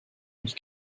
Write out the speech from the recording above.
mich